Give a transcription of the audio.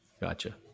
Gotcha